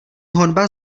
honba